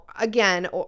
again